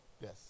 Yes